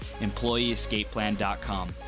EmployeeEscapePlan.com